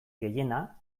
gehiena